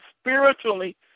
spiritually